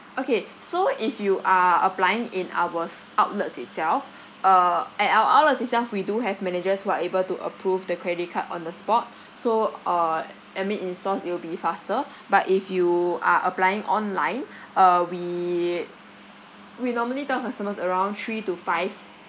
okay so if you are applying in ours outlets itself uh at our outlets itself we do have managers who are able to approve the credit card on the spot so uh I mean in stores it will be faster but if you are applying online uh we we normally tell customers around three to five